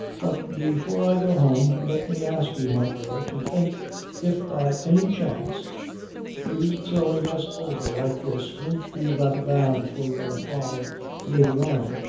but before i go home let me ask you, my girl, to think if by any chance you throwing us over like this won't be rather bad for your father later on?